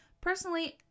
Personally